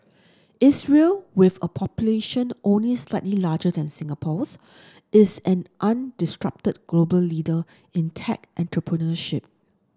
Israel with a population only slightly larger than Singapore's is an undisputed global leader in tech entrepreneurship